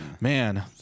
man